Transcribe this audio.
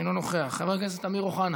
אינו נוכח, חבר הכנסת אמיר אוחנה,